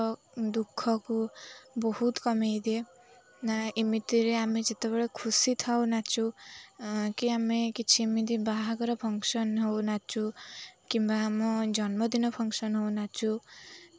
ନିଜ ଦୁଃଖକୁ ବହୁତ କମେଇଦିଏ ନା ଏମିତିରେ ଆମେ ଯେତେବେଳେ ଖୁସି ଥାଉ ନାଚୁ କି ଆମେ କିଛି ଏମିତି ବାହାଘର ଫଙ୍କ୍ସନ୍ ହେଉ ନାଚୁ କିମ୍ବା ଆମ ଜନ୍ମଦିନ ଫଙ୍କ୍ସନ୍ ହେଉ ନାଚୁ